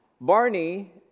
Barney